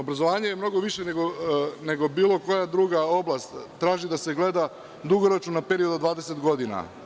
Obrazovanje mnogo više nego bilo koja druga oblast traži da se gleda dugoročno na period od 20 godina.